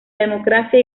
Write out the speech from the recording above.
democracia